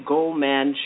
Goldman